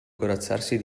corazzarsi